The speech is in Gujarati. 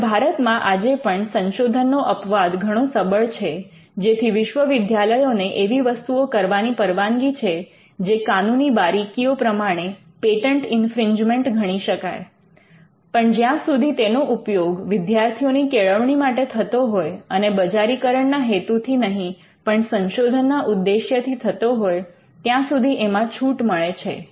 હવે ભારતમાં આજે પણ સંશોધનનો અપવાદ ઘણો સબળ છે જેથી વિશ્વવિદ્યાલયો ને એવી વસ્તુઓ કરવાની પરવાનગી છે જે કાનૂની બારીકીઓ પ્રમાણે પેટન્ટ ઇન્ફ્રિંજમેન્ટ ગણી શકાય પણ જ્યાં સુધી તેનો ઉપયોગ વિદ્યાર્થીઓની કેળવણી માટે થતો હોય અને બજારીકરણના હેતુથી નહીં પણ સંશોધન ના ઉદ્દેશ્યથી થતો હોય ત્યાં સુધી એમાં છૂટ મળે છે